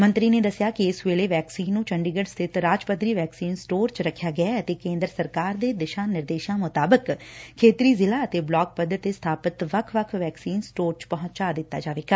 ਮੰਤਰੀ ਨੇ ਦਸਿਆ ਕਿ ਇਸ ਵੇਲੇ ਵੈਕਸੀਨ ਨੂੰ ਚੰਡੀਗੜ ਸਬਿਤ ਰਾਜ ਪੱਧਰੀ ਵੈਕਸੀਨ ਸਟੋਰ ਵਿਚ ਰੱਖਿਆ ਗਿਐ ਅਤੇ ਕੇਂਦਰ ਸਰਕਾਰ ਦੇ ਦਿਸ਼ਾ ਨਿਰਦੇਸ਼ਾਂ ਮੁਤਾਬਿਕ ਖੇਤਰੀ ਜ਼ਿਲੁਾ ਅਤੇ ਬਲਾਕ ਪੱਧਰ ਤੇ ਸਬਾਪਤ ਵੱਖ ਵੱਖ ਵੈਕਸੀਨ ਸਟੋਰ ਚ ਪਹੁੰਚਾ ਦਿੱਤੀ ਜਾਵੇਗਾ